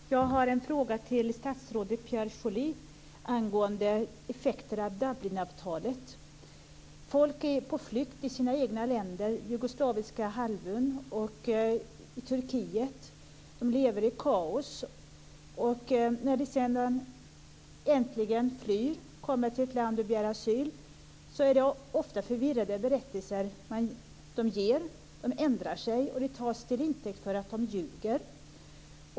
Fru talman! Jag har en fråga till statsrådet Pierre Schori angående effekterna av Dublinavtalet. Folk är på flykt i sina egna länder på Jugoslaviska halvön och i Turkiet. De lever i kaos. När de sedan äntligen flyr och kommer till ett land och begär asyl är det ofta förvirrade berättelser som de ger. De ändrar sig, och det tas till intäkt för att de ljuger.